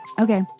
Okay